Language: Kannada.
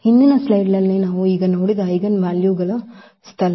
ಹಿಂದಿನ ಸ್ಲೈಡ್ನಲ್ಲಿ ನಾವು ಈಗ ನೋಡಿದ ಐಜೆನ್ವಾಲ್ಯೂಗಳ ಸ್ಥಳ